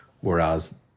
whereas